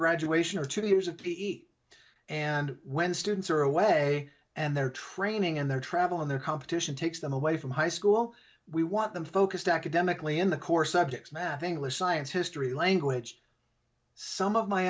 graduation or two years of p e and when students are away and their training and their travel and their competition takes them away from high school we want them focused academically in the core subjects math english science history language some of my